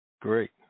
Great